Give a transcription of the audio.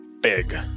big